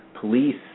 police